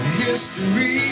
history